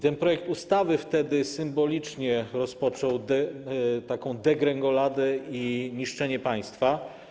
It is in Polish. Ten projekt ustawy wtedy symbolicznie rozpoczął degrengoladę i niszczenie państwa.